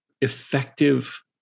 effective